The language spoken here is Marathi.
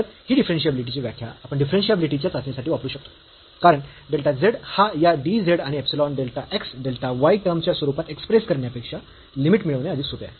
तर ही डिफरन्शियाबिलिटी ची व्याख्या आपण डिफरन्शियाबिलिटी च्या चाचणीसाठी वापरू शकतो कारण डेल्टा z हा या dz आणि epsilon delta x delta y term च्या स्वरूपात एक्सप्रेस करण्यापेक्षा लिमिट मिळवणे अधिक सोपे आहे